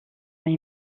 est